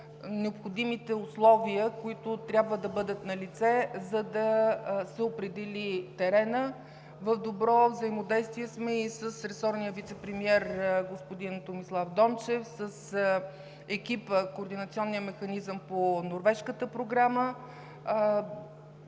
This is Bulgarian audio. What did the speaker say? необходимите условия, които трябва да бъдат налице, за да се определи теренът. В добро взаимодействие сме и с ресорния вицепремиер господин Томислав Дончев, с екипа на Координационния механизъм по Норвежката програма.